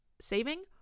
saving